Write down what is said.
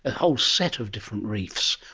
a whole set of different reefs.